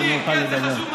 כדי שאוכל לדבר.